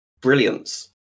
brilliance